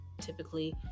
typically